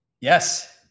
yes